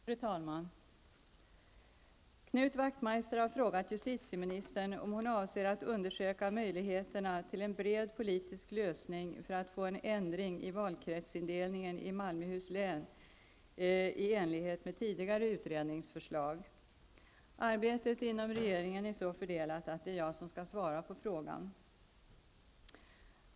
Fru talman! Knut Wachtmeister har frågat justitieministern om hon avser att undersöka möjligheterna till en bred politisk lösning för att få en ändring i valkretsindelningen i Malmöhus län i enlighet med tidigare utredningsförslag. Arbetet inom regeringen är så fördelat att det är jag som skall svara på frågan.